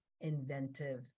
inventive